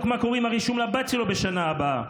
מה קורה עם הרישום לבת שלו בשנה הבאה.